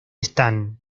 están